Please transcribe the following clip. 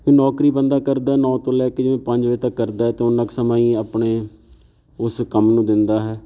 ਨੌਕਰੀ ਬੰਦਾ ਕਰਦਾ ਨੌ ਤੋਂ ਲੈ ਕੇ ਜਿਵੇਂ ਪੰਜ ਵਜੇ ਤੱਕ ਕਰਦਾ ਤਾਂ ਉਨਾਂ ਕੁ ਸਮਾਂ ਹੀ ਆਪਣੇ ਉਸ ਕੰਮ ਨੂੰ ਦਿੰਦਾ ਹੈ